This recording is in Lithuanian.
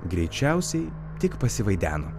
greičiausiai tik pasivaideno